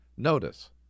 Notice